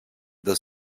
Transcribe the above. dels